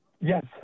Yes